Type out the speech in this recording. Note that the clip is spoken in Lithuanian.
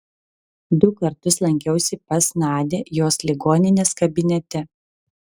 du kartus lankiausi pas nadią jos ligoninės kabinete